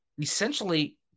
essentially –